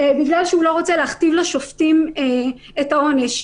בגלל שהוא לא רוצה להכתיב לשופטים את העונש.